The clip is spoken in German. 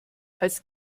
als